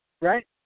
right